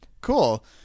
Cool